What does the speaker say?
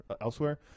elsewhere